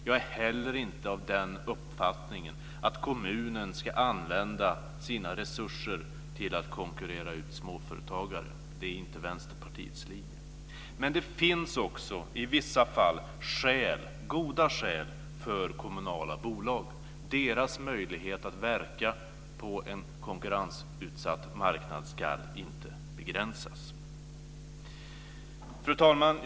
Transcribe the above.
Jag är inte heller av den uppfattningen att kommunen ska använda sina resurser till att konkurrera ut småföretagare. Det är inte Vänsterpartiets linje. Men det finns också i vissa fall goda skäl för kommunala bolag. Deras möjlighet att verka på en konkurrensutsatt marknad ska inte begränsas. Fru talman!